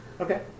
okay